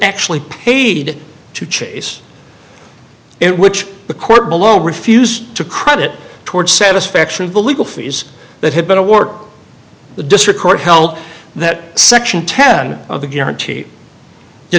actually paid to chase it which the court below refused to credit toward satisfaction of the legal fees that had been a war the district court held that section ten of the guarantee